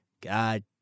God